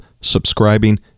subscribing